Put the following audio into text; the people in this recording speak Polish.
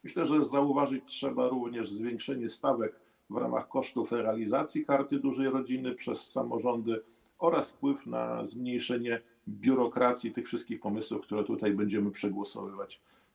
Myślę, że zauważyć trzeba również zwiększenie stawek w ramach kosztów realizacji Karty Dużej Rodziny przez samorządy oraz wpływ na zmniejszenie biurokracji tych wszystkich pomysłów, które tutaj będziemy przegłosowywać.